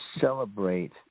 celebrate